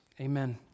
Amen